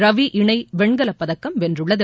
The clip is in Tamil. ரவி இணை வெண்கலப்பதக்கம் வென்றுள்ளது